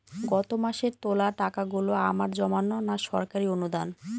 গত মাসের তোলা টাকাগুলো আমার জমানো না সরকারি অনুদান?